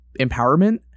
empowerment